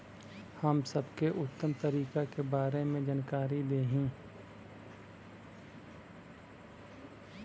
हम सबके उत्तम तरीका के बारे में जानकारी देही?